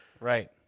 right